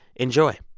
enjoy